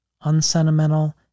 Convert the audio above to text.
unsentimental